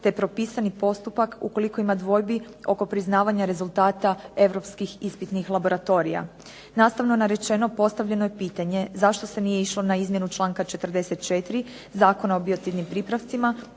te propisani postupak ukoliko ima dvojbi oko priznavanja rezultata europskih ispitnih laboratorija. Nastavno narečeno postavljeno je pitanje, zašto se nije išlo na izmjenu članka 44. Zakona o biocidnim pripravcima,